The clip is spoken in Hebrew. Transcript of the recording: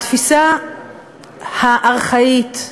התפיסה הארכאית,